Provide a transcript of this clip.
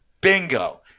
bingo